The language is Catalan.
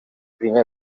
primer